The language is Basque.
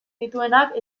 dituenak